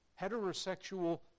heterosexual